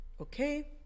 Okay